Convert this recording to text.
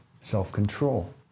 self-control